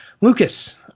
Lucas